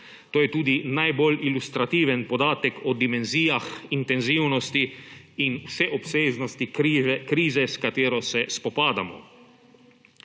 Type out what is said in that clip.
To je tudi najbolj ilustrativen podatek o dimenzijah intenzivnosti in vseobsežnosti krize, s katero se spopadamo.